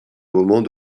moment